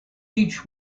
each